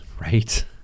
Right